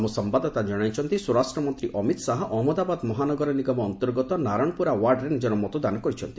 ଆମ ସମ୍ଭାଦଦାତା ଜଣାଇଛନ୍ତି ସ୍ୱରାଷ୍ଟ୍ର ମନ୍ତ୍ରୀ ଅମିତ୍ ଶାହା ଅହମ୍ମଦାବାଦ ମହାନଗର ନିଗମ ଅନ୍ତର୍ଗତ ନାରଣପ୍ରରା ୱାର୍ଡ଼ରେ ନିଜର ମତଦାନ କରିଛନ୍ତି